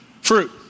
Fruit